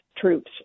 troops